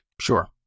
Sure